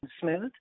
smooth